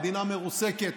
מדינה מרוסקת,